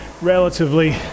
relatively